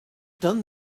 done